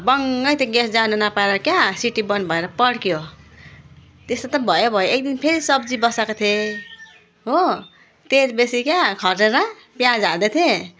बङ्ङै त्यो ग्यास जानु नपाएर क्या सिटी बन्द भएर पड्क्यो त्यस्तो त भयो भयो एक दिन फेरि सब्जी बसाएको थिएँ हो तेल बेसी क्या खरिएर प्याज हाल्दैथिएँ